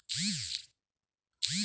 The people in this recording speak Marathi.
शैक्षणिक परतफेडीचा कालावधी किती असतो?